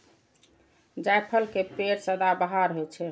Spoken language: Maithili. जायफल के पेड़ सदाबहार होइ छै